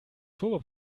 turbo